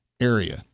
area